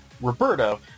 roberto